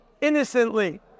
Innocently